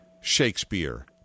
Shakespeare